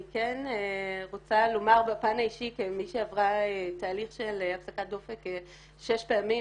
כן רוצה לומר בפן האישי כמי שעברה תהליך של הפסקת דופק שש פעמים,